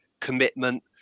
commitment